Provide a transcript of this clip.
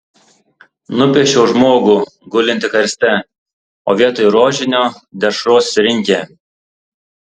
nupiešiau žmogų gulintį karste o vietoj rožinio dešros rinkė